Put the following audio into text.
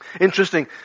interesting